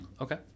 Okay